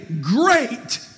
great